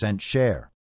share